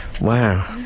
Wow